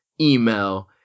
email